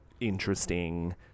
interesting